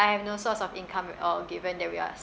I have no source of income at all given that we are